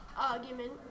argument